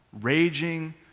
Raging